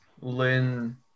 Lynn